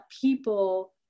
people